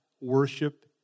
worship